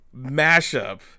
mashup